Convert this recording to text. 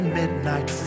midnight